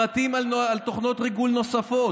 פרטים על תוכנות ריגול נוספות,